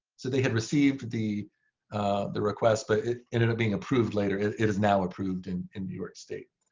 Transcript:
so they had received the the request, but it ended up being approved later. it it is now approved and in new york state.